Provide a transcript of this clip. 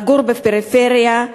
לגור בפריפריה,